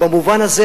במובן הזה,